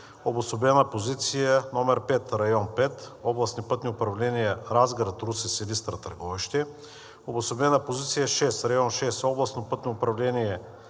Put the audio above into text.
Обособена позиция № 5 – Район 5: областни пътни управления Разград, Русе, Силистра, Търговище. Обособена позиция № 6 – Район 6: областни пътни управления